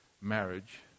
marriage